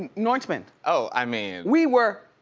nortman? oh, i mean. we were,